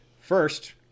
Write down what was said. First